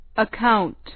Account